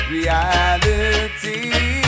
Reality